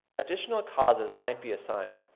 additional causes might be assigned,